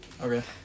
Okay